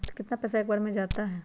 कितना पैसा एक बार में जाता है?